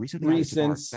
recent